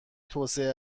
توسعه